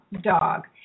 dog